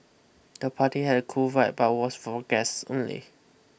the party had a cool vibe but was for guests only